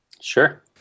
Sure